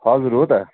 हजुर हो त